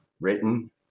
written